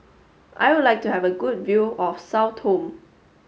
I would like to have a good view of Sao Tome